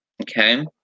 Okay